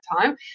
time